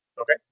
Okay